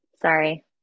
Sorry